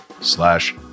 slash